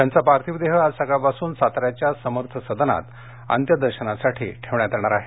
त्यांचा पार्थिव देह आज सकाळपासून साता याच्या समर्थ सदनात अंत्यदर्शनासाठी ठेवण्यात येणार आहे